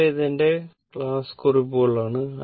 ഇവിടെ ഇത് എന്റെ ക്ലാസ് കുറിപ്പുകൾ ആണ്